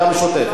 מאה אחוז.